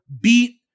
beat